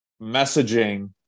messaging